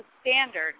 Standard